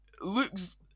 looks